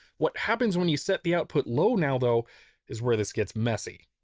what happens when you set the output low now though is where this gets messy.